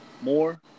more